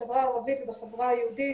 בחברה הערבית ובחברה היהודית,